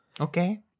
Okay